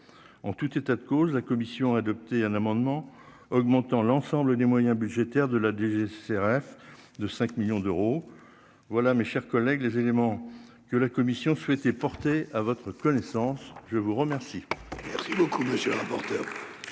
en tout état de cause, la commission a adopté un amendement augmentant l'ensemble des moyens budgétaires de la DGCCRF de 5 millions d'euros voilà, mes chers collègues, les éléments que la Commission souhaitait porter à votre connaissance, je vous remercie.